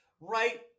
right